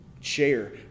share